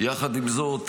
יחד עם זאת,